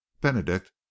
Benedict